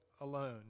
alone